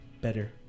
better